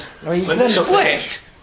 Split